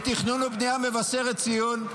לתכנון ובנייה מבשרת ציון,